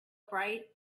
bright